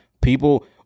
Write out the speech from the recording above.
people